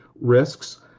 risks